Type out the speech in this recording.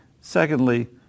Secondly